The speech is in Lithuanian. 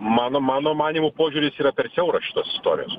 mano mano manymu požiūris yra per siauras šitos istorijos